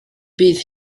bydd